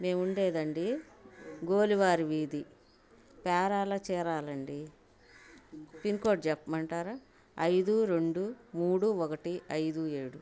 మేము ఉండేదండి గోలివారి వీధి పేరాల చీరాల అండి పిన్ కోడ్ చెప్పమంటారా ఐదు రెండు మూడు ఒకటి ఐదు ఏడు